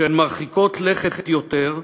שהן מרחיקות לכת יותר,